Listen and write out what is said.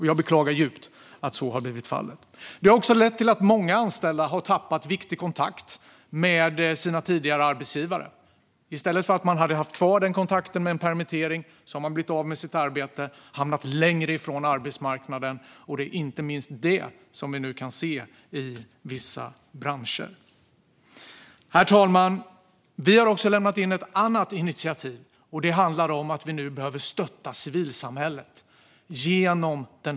Jag beklagar djupt att så har blivit fallet. Det har också lett till att många har tappat viktig kontakt med sina tidigare arbetsgivare. I stället för att de med en permittering hade haft kvar den kontakten har de blivit av med sitt arbete och hamnat längre ifrån arbetsmarknaden. Det är inte minst detta som vi nu kan se i vissa branscher. Herr talman! Vi har också lämnat in ett annat initiativ. Det handlar om att vi nu behöver stötta civilsamhället genom krisen.